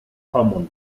common